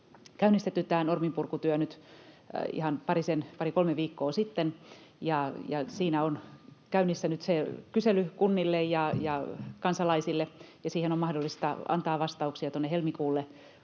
käynnistetty tämä norminpurkutyö nyt ihan pari kolme viikkoa sitten, ja siinä on käynnissä nyt kysely kunnille ja kansalaisille, ja siihen on mahdollista antaa vastauksia tuonne helmikuulle